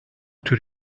tür